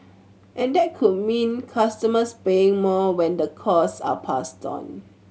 and that could mean customers paying more when the cost are passed on